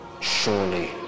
Surely